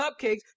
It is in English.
cupcakes